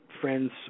friends